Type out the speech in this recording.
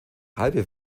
halbe